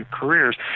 careers